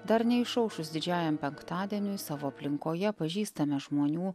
dar neišaušus didžiajam penktadieniui savo aplinkoje pažįstame žmonių